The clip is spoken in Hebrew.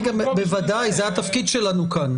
בוודאי, זה התפקיד שלנו כאן.